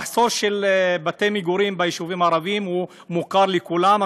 המחסור בבתי מגורים ביישובים הערביים מוכר לכולם,